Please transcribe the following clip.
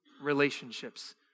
relationships